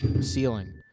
ceiling